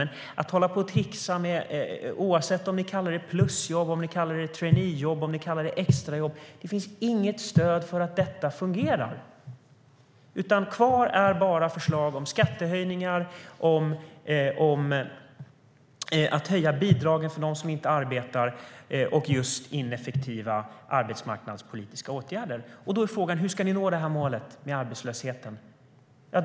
Men det finns inget stöd för att det fungerar att hålla på och tricksa med sådant här - oavsett om ni kallar det för plusjobb, traineejobb eller extrajobb. Kvar är bara förslag om skattehöjningar, om att höja bidragen för dem som inte arbetar och om ineffektiva arbetsmarknadspolitiska åtgärder. Då är frågan: Hur ska ni nå målet med arbetslösheten?